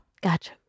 Gotcha